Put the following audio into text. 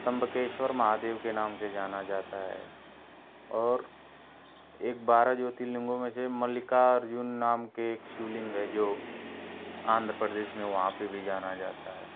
त्र्यम्बकेश्वर मन्दिर के नाम से जाना जाता है और एक बारह ज्योतिर्लिंग में से मल्लिकार्जुन नाम के एक शिवलिंग है जो आंध्र प्रदेश में वहाँ पे भी जाना जाता है